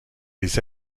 les